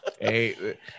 Hey